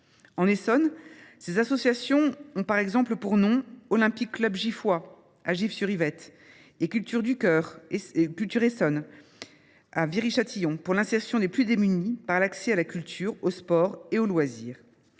En Essonne, ces associations ont par exemple pour nom Olympique club giffois à Gif sur Yvette, ou Cultures du Cœur Essonne à Viry Châtillon, pour l’insertion des plus démunis par l’accès à la culture, au sport et aux loisirs.